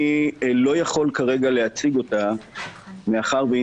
אני לא יכול כרגע להציג אותה מאחר שהיא